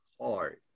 hard